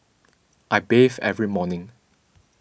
I bathe every morning